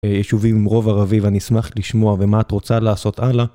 יישובים עם רוב ערבי ואני אשמח לשמוע ומה את רוצה לעשות הלאה.